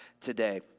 today